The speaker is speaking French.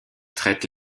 traitent